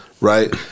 right